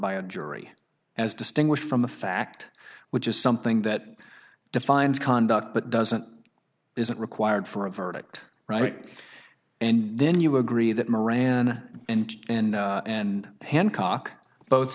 by a jury as distinguished from a fact which is something that defines conduct but doesn't isn't required for a verdict right and then you agree that moran and and and hancock bo